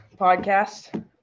podcast